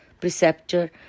preceptor